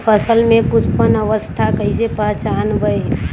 फसल में पुष्पन अवस्था कईसे पहचान बई?